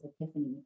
epiphany